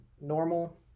normal